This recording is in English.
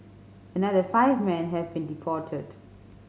another five men have been deported